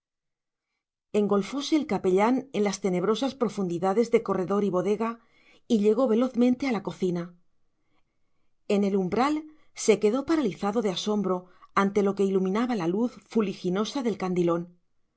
engolfóse el capellán en las tenebrosas profundidades de corredor y bodega y llegó velozmente a la cocina en el umbral se quedó paralizado de asombro ante lo que iluminaba la luz fuliginosa del candilón